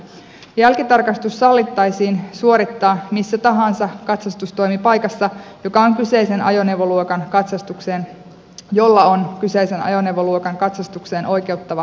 jälkitarkastus sallittaisiin suorittaa missä tahansa katsastustoimipaikassa joka on kyseisen ajoneuvoluokan katsastukseen jolla on kyseisen ajoneuvoluokan katsastukseen oikeuttava toimilupa